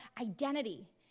identity